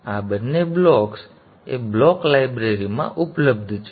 હવે આ બંને બ્લોક્સ એ બ્લોક લાઇબ્રેરી માં ઉપલબ્ધ છે